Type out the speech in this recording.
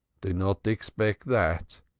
do not expect that,